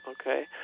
Okay